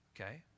okay